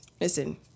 Listen